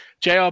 JR